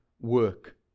work